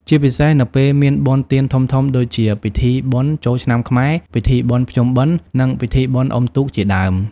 ជាពិសេសនៅពេលមានបុណ្យទានធំៗដូចជា ពិធីបុណ្យចូលឆ្នាំខ្មែរ ពិធីបុណ្យភ្ជុំបិណ្ឌ និង ពិធីបុណ្យអុំទូក ជាដើម។